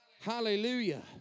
hallelujah